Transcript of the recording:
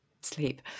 Sleep